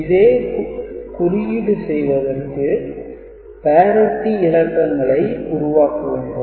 இதே குறியீடு செய்வதற்கு parity இலக்கங்களை உருவாக்க வேண்டும்